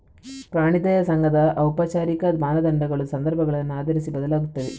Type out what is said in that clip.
ಪ್ರಾಣಿ ದಯಾ ಸಂಘದ ಔಪಚಾರಿಕ ಮಾನದಂಡಗಳು ಸಂದರ್ಭಗಳನ್ನು ಆಧರಿಸಿ ಬದಲಾಗುತ್ತವೆ